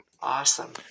Awesome